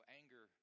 anger